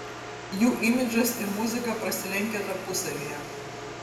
jų imidžas ir muzika prasilenkia tarpusavyje